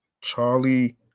Charlie